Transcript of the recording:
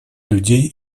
людей